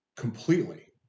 completely